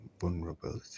vulnerability